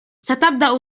ستبدأ